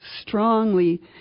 strongly